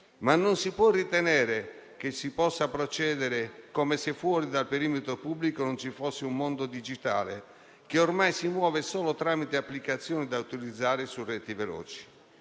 Ma non si può ritenere che si possa procedere come se fuori dal perimetro pubblico non ci fosse un mondo digitale, che ormai si muove solo tramite applicazioni da utilizzare su reti veloci.